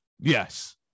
Yes